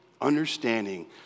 Understanding